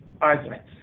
arguments